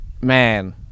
Man